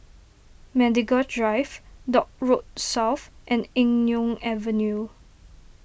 Medical Drive Dock Road South and Eng Neo Avenue